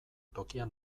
tokian